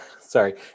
sorry